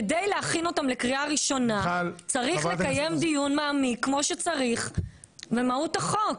כדי להיכן אותם לקריאה ראשונה צריך לקיים דיון מעמיק במהות החוק.